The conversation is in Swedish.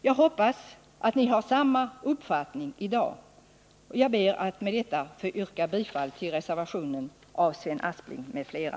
Jag hoppas att de har samma uppfattning i dag. Med detta ber jag att få yrka bifall till reservationen av Sven Aspling m.fl.